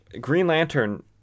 Green-Lantern